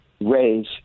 raise